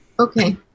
Okay